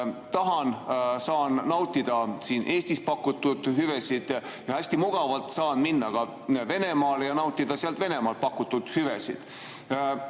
tahan, saan nautida siin Eestis pakutavaid hüvesid, aga hästi mugavalt saan minna ka Venemaale ja nautida seal pakutavaid hüvesid.